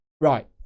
Right